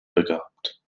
begabt